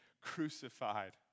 crucified